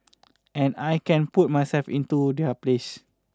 and I can put myself into their place